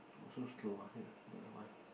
so slow ah here the WiFi